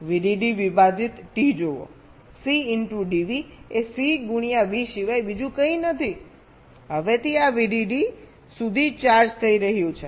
VDD વિભાજિત t જુઓ C dV એ C ગુણ્યા V સિવાય બીજું કંઈ નથી હવેથી આ VDD સુધી ચાર્જ થઈ રહ્યું છે